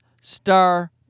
star